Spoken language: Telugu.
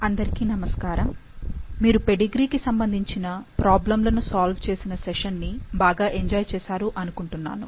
అందరికీ నమస్కారం మీరు పెడిగ్రీకి సంబంధించిన ప్రాబ్లమ్ లను సాల్వ్ చేసిన సెషన్ ని బాగా ఎంజాయ్ చేశారు అనుకుంటున్నాను